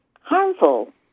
harmful